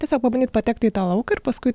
tiesiog pabandyt patekti į tą lauką ir paskui